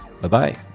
Bye-bye